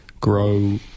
grow